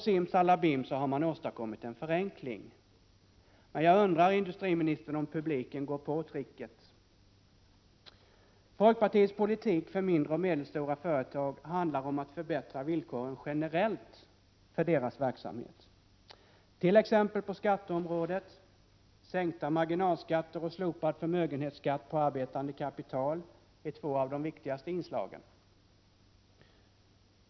Simsalabim har man åstadkommit en förenkling. Jag undrar, industriministern, om publiken går på tricket? Folkpartiets politik för mindre och medelstora företag handlar om att förbättra villkoren generellt för deras verksamhet, t.ex. på skatteområdet. —- Sänkta marginalskatter och slopad förmögenhetsskatt på arbetande kapital är två av de viktigaste inslagen.